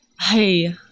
hey